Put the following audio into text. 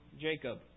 Jacob